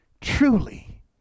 truly